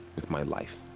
with my life.